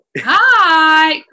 Hi